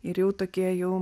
ir jau tokie jau